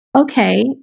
Okay